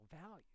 value